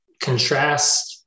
contrast